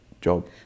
job